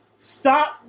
Stop